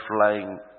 flying